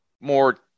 more